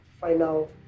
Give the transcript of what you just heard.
final